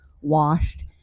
washed